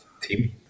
team